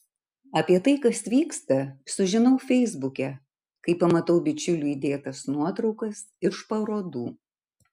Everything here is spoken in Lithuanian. apie tai kas vyksta sužinau feisbuke kai pamatau bičiulių įdėtas nuotraukas iš parodų